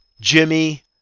jimmy